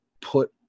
put